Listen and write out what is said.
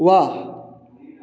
ৱাহ